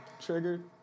Triggered